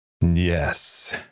Yes